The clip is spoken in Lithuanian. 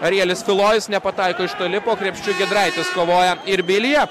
realis filojus nepataiko iš toli po krepšiu giedraitis kovoja ir bilija